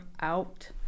out